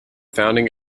founding